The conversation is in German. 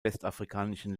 westafrikanischen